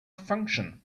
function